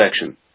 section